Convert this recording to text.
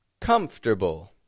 comfortable